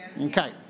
Okay